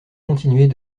continuer